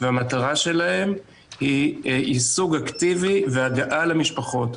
והמטרה שלהם היא יישוג אקטיבי והגעה למשפחות.